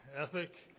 ethic